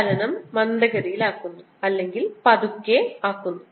അതിനാൽ ചലനം മന്ദഗതിയിലാകുന്നു അല്ലെങ്കിൽ പതുക്കെ ആക്കുന്നു